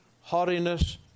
haughtiness